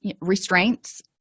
restraints